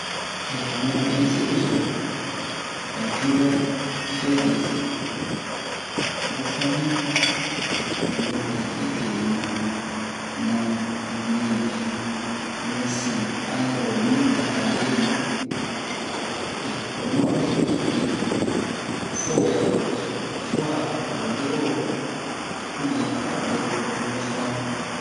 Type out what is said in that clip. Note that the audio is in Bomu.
amɛ ma un ze'uso a cihɛ fe dese mu su'anni amɛ vɛ ci un te ɲu ɲu ɲu ji ɲu sin a nuwo min ɓue a a lemin oma o ze'uso yi fowɛ yɔrɔ doso soit aro ɓe'o ou bien a o ɓero tomu su'anni